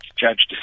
Judge